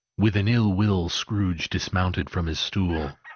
with an ill-will scrooge dismounted from his stool,